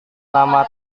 nama